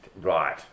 Right